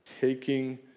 taking